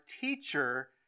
teacher